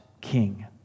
King